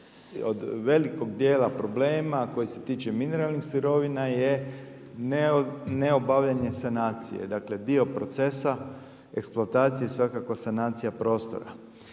od velikog dijela problema koji se tiče mineralnih sirovina je neobavljanje sanacije. Dakle, dio procesa eksploatacije je svakako sanacija prostora.